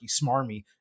smarmy